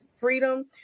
freedom